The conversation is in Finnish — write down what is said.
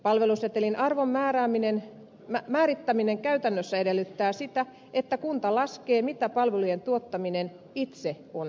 palvelusetelin arvon määrittäminen käytännössä edellyttää sitä että kunta laskee mitä palvelujen tuottaminen itse on